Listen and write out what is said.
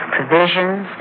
Provisions